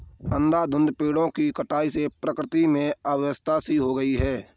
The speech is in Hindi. अंधाधुंध पेड़ों की कटाई से प्रकृति में अव्यवस्था सी हो गई है